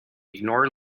ignore